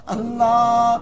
Allah